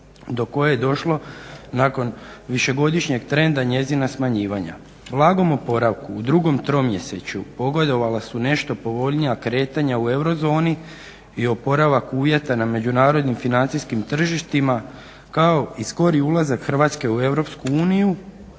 do koje je došlo nakon višegodišnjeg trenda njezina smanjivanja. U blagom oporavku u drugom tromjesečju pogodovala su nešto povoljnija kretanja u eurozoni i oporavak uvjeta na međunarodnim financijskim tržištima kao i skori ulazak Hrvatske u EU